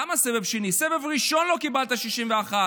למה סבב שני, בסבב הראשון לא קיבלת 61,